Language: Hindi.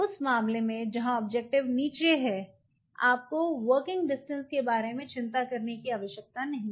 उस मामले में जहां ऑब्जेक्टिव नीचे है आपको वर्किंग डिस्टेंस के बारे में चिंता करने की आवश्यकता नहीं है